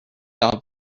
have